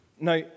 Now